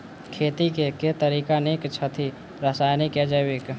खेती केँ के तरीका नीक छथि, रासायनिक या जैविक?